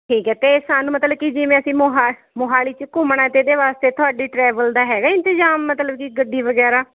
ਠੀਕ ਹੈ ਅਤੇ ਸਾਨੂੰ ਮਤਲਬ ਕੀ ਜਿਵੇਂ ਅਸੀਂ ਮੋਹਾ ਮੋਹਾਲੀ 'ਚ ਘੁੰਮਣਾ ਹੈ ਅਤੇ ਇਹਦੇ ਵਾਸਤੇ ਤੁਹਾਡੀ ਟਰੈਵਲ ਦਾ ਹੈਗਾ ਹੈ ਇੰਤਜ਼ਾਮ ਮਤਲਬ ਕੀ ਗੱਡੀ ਵਗੈਰਾ